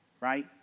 right